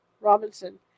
Robinson